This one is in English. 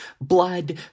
Blood